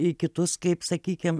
į kitus kaip sakykim